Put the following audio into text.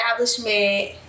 establishment